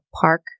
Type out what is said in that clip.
park